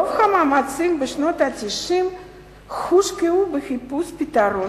רוב המאמצים בשנות ה-90 הושקעו בחיפוש פתרון